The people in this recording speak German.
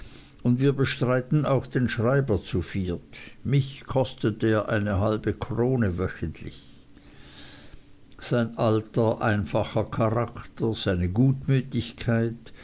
und wir bestreiten auch den schreiber zu viert mich kostet er eine halbe krone wöchentlich sein alter einfacher charakter seine gutmütigkeit